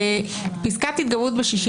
פסקת התגברות ב-61